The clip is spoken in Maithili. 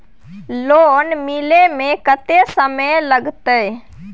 लोन मिले में कत्ते समय लागते?